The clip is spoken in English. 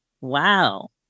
Wow